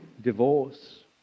divorce